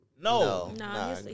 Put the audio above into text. No